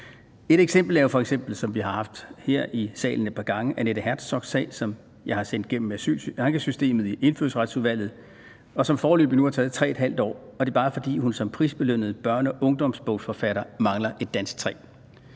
Herzogs sag, som har været bragt op her i salen et par gange. Den har været sendt gennem ankesystemet og Indfødsretsudvalget, og det har foreløbig nu har taget 3½ år, og det er bare, fordi hun som prisbelønnet børne- og ungdomsbogsforfatter mangler et Dansk 3.